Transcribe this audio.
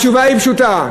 התשובה היא פשוטה,